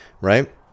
right